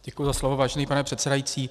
Děkuji za slovo, vážený pane předsedající.